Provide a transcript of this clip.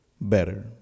better